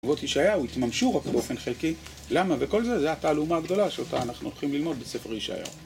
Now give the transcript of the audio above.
תקוו. ישעיהו התממשו רק באופן חלקי, למה? וכל זה זה התעלומה הגדולה שאותה אנחנו הולכים ללמוד בספר ישעיהו.